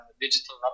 digital